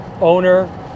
owner